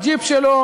הג'יפ שלו,